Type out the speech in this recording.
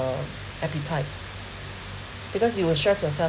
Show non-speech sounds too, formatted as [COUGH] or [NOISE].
appetite [BREATH] because it will stressed yourself